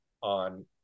on